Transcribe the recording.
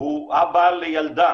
הוא אבא לילדה